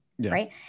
Right